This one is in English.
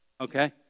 Okay